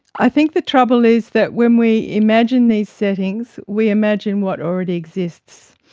i think the trouble is that when we imagine these settings, we imagine what already exists,